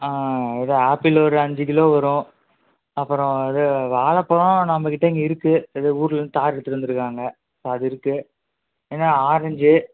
ஆ ஆ இது ஆப்பிள் ஒரு அஞ்சு கிலோ வரும் அப்புறம் இது வாழைப் பழம் நம்மக்கிட்ட இங்கே இருக்குது இது ஊரிலேருந்து தார் எடுத்துகிட்டு வந்திருக்காங்க ஸோ அது இருக்குது ஏனால் ஆரஞ்சு